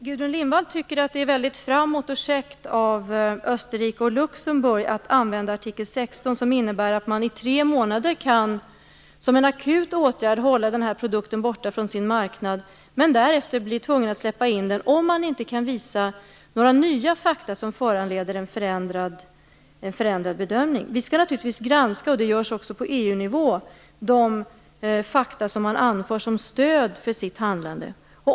Gudrun Lindvall tycker att det är väldigt framåt och käckt av Österrike och Luxemburg att använda artikel 16, som innebär att ett land i tre månader, som en akut åtgärd, kan hålla en produkt borta från sin marknad. Därefter måste den släppas in, om inga nya fakta som föranleder en förändrad bedömning kan visas. Vi skall naturligtvis granska - och det görs också på EU-nivå - de fakta som dessa länder anför som stöd för sitt handlande.